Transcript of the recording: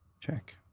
Check